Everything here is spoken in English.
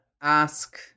ask